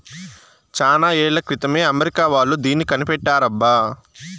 చానా ఏళ్ల క్రితమే అమెరికా వాళ్ళు దీన్ని కనిపెట్టారబ్బా